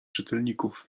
czytelników